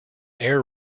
air